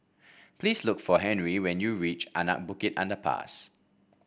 please look for Henri when you reach Anak Bukit Underpass